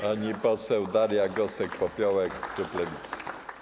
Pani poseł Daria Gosek-Popiołek, klub Lewicy.